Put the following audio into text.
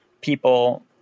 people